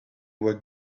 were